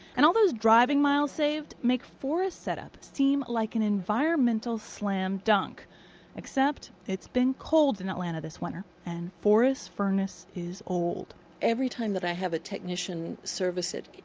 and all those driving miles saved make forrest's setup seem like an environmental slam dunk except it's been cold in atlanta this winter and forrest's furnace is old every time that i have a technician service it,